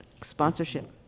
sponsorship